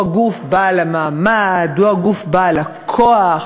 הוא הגוף בעל המעמד, הוא הגוף בעל הכוח,